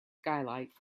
skylight